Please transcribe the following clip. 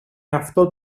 εαυτό